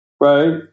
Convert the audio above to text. right